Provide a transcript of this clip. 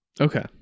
Okay